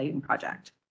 project